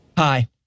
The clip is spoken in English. Hi